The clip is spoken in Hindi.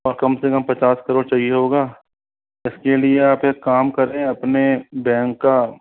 और कम से कम पचास करोड़ चाहिए होगा इसके लिए आप एक काम करें अपने बैंक का